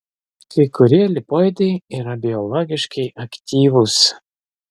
kai kurie lipoidai yra biologiškai aktyvūs